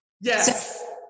Yes